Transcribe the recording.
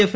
F